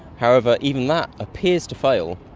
however, even that appears to fail,